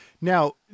Now